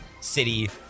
city